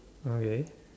okay